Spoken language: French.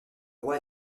roi